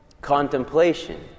contemplation